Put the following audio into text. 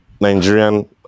Nigerian